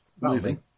moving